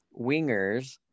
Wingers